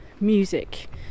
music